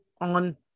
on